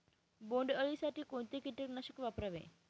बोंडअळी साठी कोणते किटकनाशक वापरावे?